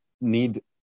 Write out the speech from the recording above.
need